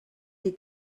die